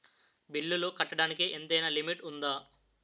బిల్లులు కట్టడానికి ఎంతైనా లిమిట్ఉందా?